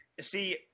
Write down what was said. See